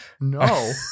No